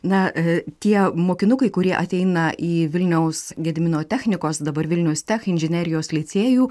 na tie mokinukai kurie ateina į vilniaus gedimino technikos dabar vilniaus tech inžinerijos licėjų